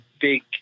big